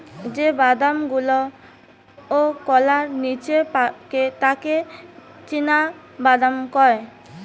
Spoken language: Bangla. যে বাদাম গুলাওকলার নিচে পাকে তাকে চীনাবাদাম কয়